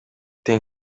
тең